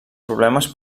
problemes